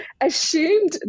assumed